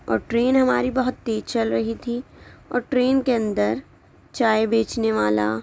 اور ٹرین ہماری بہت تیز چل رہی تھی اور ٹرین کے اندر چائے بیچنے والا